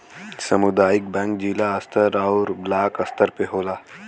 सामुदायिक बैंक जिला स्तर आउर ब्लाक स्तर पे होला